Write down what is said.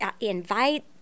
invite